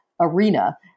arena